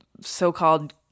so-called